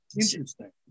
Interesting